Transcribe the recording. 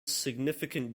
significant